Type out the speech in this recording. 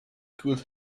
could